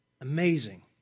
amazing